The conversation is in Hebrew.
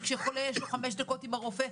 שלחולה יש חמש דקות עם הרופא.